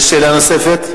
יש שאלה נוספת?